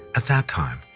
at that time,